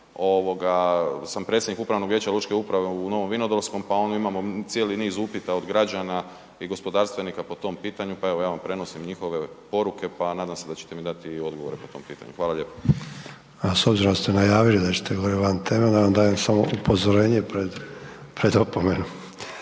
sam predsjednik Upravnog vijeća Lučke uprave u Novom Vinodolskom pa ono, imamo cijeli niz upita od građana i gospodarstvenika po tom pitanju, pa evo, ja vam prenosim njihove poruke, pa nadam se da ćete mi dati odgovor po tom pitanju. Hvala lijepo. **Sanader, Ante (HDZ)** A s obzirom da ste najavili da ćete govoriti van teme onda vam dajem samo upozorenje pred opomenu.